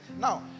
Now